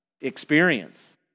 experience